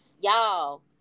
y'all